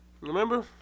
remember